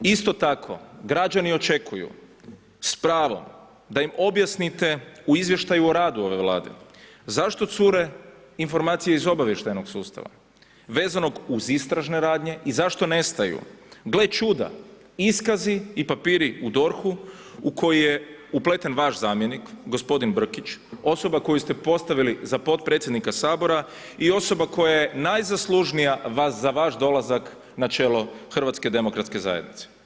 Isto tako građani očekuju s pravom da im objasnite u izvještaju o radu ove vlade zašto cure informacije iz obavještajnog sustava vezano uz istražne radnje i zašto nestaju, gle čuda iskazi i papiri u DORH-u u koji je upleten vaš zamjenik, gospodin Brkić, osoba koju ste postavili za potpredsjednika Sabora i osoba koja je najzaslužnija za vaš dolazak na čelo HDZ-a.